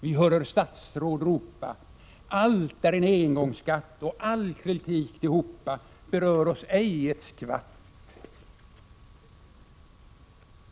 Vi hörer statsråd ropa: — Allt är en engångsskatt, och all kritik tillhopa berör oss ej ett skvatt!